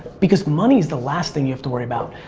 because money is the last thing you have to worry about.